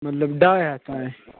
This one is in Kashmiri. مَطلَب ڈاے ہَتھ تام